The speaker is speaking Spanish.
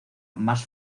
más